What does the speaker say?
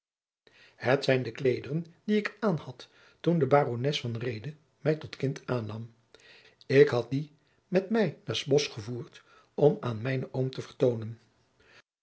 het zijn de kleederen die ik aanhad toen de barones van reede mij tot kind aannam ik had jacob van lennep de pleegzoon die met mij naar s bosch gevoerd om aan mijnen oom te vertoonen